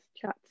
chats